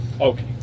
Okay